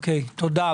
תודה.